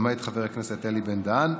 למעט חבר הכנסת אלי בן-דהן,